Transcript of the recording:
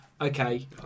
okay